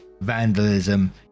vandalism